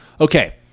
Okay